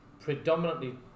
predominantly